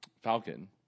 Falcon